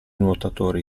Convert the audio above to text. nuotatori